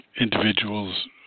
individuals